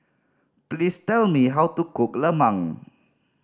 please tell me how to cook lemang